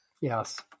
yes